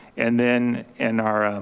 and then in our